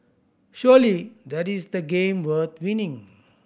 surely that is the game worth winning